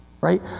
right